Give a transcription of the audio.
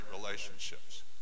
relationships